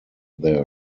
their